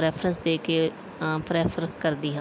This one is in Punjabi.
ਰੈਫਰੈਂਸ ਦੇ ਕੇ ਪ੍ਰੈਫਰ ਕਰਦੀ ਹਾਂ